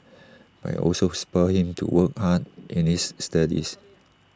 but IT also spurred him to work hard in his studies